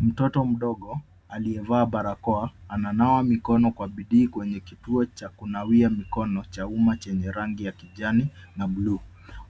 Mtoto mdogo, aliyevaa barakoa, ananawa mikono kwa bidii kwenye kituo cha kunawia mikono cha umma chenye rangi ya kijani na blue .